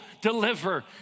deliver